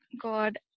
God